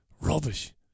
Rubbish